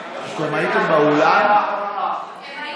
אין מתנגדים, אין נמנעים.